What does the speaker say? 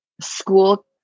school